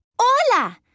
Hola